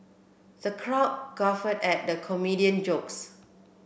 the crowd guffawed at the comedian jokes